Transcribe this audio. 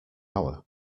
hour